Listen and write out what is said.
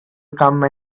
come